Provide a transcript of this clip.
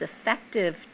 effective